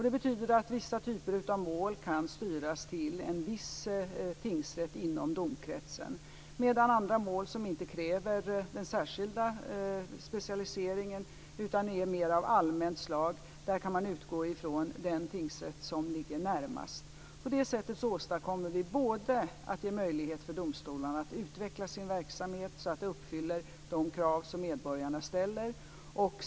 Det betyder att vissa typer av mål kan styras till en viss tingsrätt inom domkretsen, medan man i andra mål, som inte kräver den särskilda specialiseringen utan är mer av allmänt slag, kan utgå från den tingsrätt som ligger närmast. På det sättet åstadkommer vi en möjlighet för domstolarna att utveckla sin verksamhet så att de uppfyller de krav som medborgarna ställer.